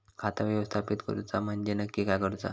खाता व्यवस्थापित करूचा म्हणजे नक्की काय करूचा?